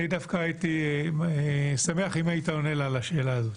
דווקא הייתי שמח אם היית עונה לה על השאלה הזאת.